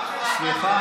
סליחה,